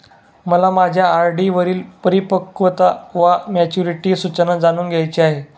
मला माझ्या आर.डी वरील परिपक्वता वा मॅच्युरिटी सूचना जाणून घ्यायची आहे